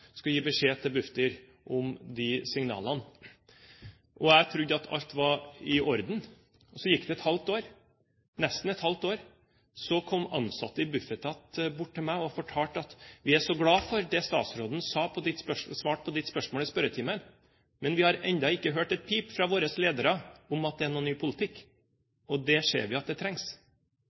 skulle gi beskjed til Bufdir om de signalene. Jeg trodde at alt var i orden, og så gikk det nesten et halvt år. Da kom ansatte i Bufetat bort til meg og fortalte: Vi er så glade for det statsråden svarte på ditt spørsmål i spørretimen, men vi har ennå ikke hørt et pip fra våre ledere om at det er noen ny politikk, og vi ser at det